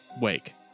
wake